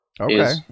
okay